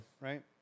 right